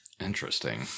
interesting